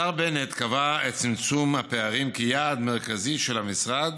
השר בנט קבע את צמצום הפערים כיעד מרכזי של המשרד,